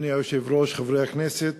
אדוני היושב-ראש, חברי הכנסת,